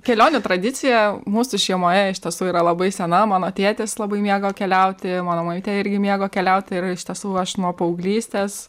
kelionių tradicija mūsų šeimoje iš tiesų yra labai sena mano tėtis labai mėgo keliauti mano mamytė irgi mėgo keliauti ir iš tiesų aš nuo paauglystės